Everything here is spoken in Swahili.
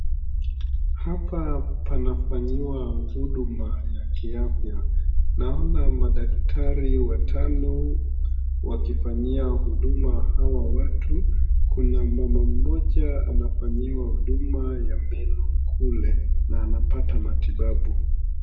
Hapa panafanyiwa huduma ya kiafya, naona madaktari watano wakifanyia huduma hawa watu. Kuna mama mmoja anafanyiwa huduma ya meno kule na anapata matibabu.